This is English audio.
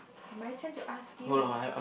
my turn to ask you